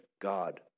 God